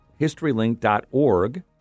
historylink.org